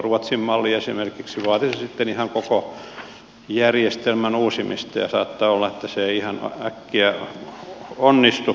ruotsin malli esimerkiksi vaatisi sitten ihan koko järjestelmän uusimista ja saattaa olla että se ei ihan äkkiä onnistu